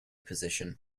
position